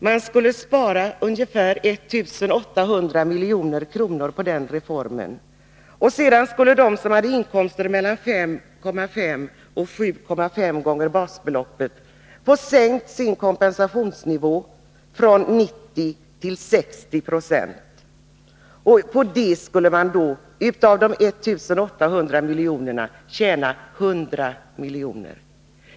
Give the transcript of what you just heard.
Man skulle spara ungefär 1800 milj.kr. på reformen. De som hade inkomster mellan 5,5 och 7,5 gånger basbeloppet skulle få sin kompensationsnivå sänkt från 90 till 60 96. På det skulle man av de 1 800 miljonerna tjäna 100 miljoner.